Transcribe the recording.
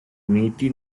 uniti